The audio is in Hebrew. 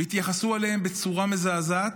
והתייחסו אליהם בצורה מזעזעת.